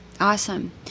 Awesome